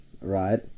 right